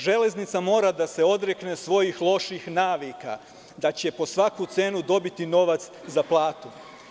Železnica mora da se odrekne svojih loših navika da će po svaku cenu dobiti novac za platu.